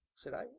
said i.